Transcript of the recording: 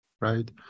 right